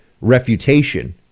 refutation